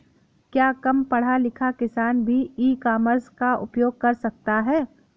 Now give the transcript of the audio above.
क्या कम पढ़ा लिखा किसान भी ई कॉमर्स का उपयोग कर सकता है?